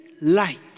Light